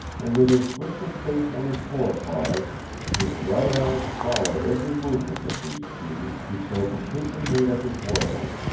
and with his whiskered face on his fore-paws his bright eyes followed every movement of these two who so completely made up his world.